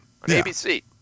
ABC